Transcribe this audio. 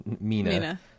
Mina